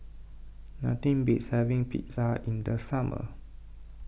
nothing beats having Pizza in the summer